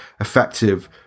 effective